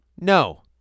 No